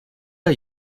are